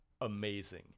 amazing